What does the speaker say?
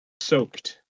soaked